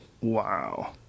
Wow